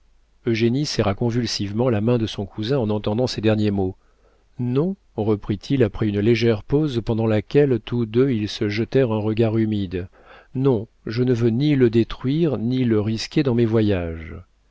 sacrilége eugénie serra convulsivement la main de son cousin en entendant ces derniers mots non reprit-il après une légère pause pendant laquelle tous deux ils se jetèrent un regard humide non je ne veux ni le détruire ni le risquer dans mes voyages